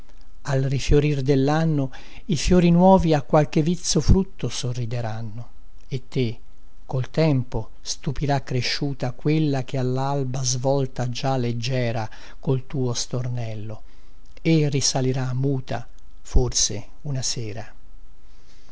al rifiorir dellanno i fiori nuovi a qualche vizzo frutto sorrideranno e te col tempo stupirà cresciuta quella che allalba svolta già leggiera col suo stornello e risalirà muta forse una sera